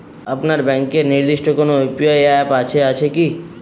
আপনার ব্যাংকের নির্দিষ্ট কোনো ইউ.পি.আই অ্যাপ আছে আছে কি?